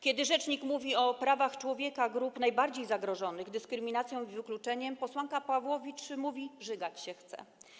Kiedy rzecznik mówi o prawach człowieka grup najbardziej zagrożonych dyskryminacją i wykluczeniem, posłanka Pawłowicz mówi: rzygać się chce.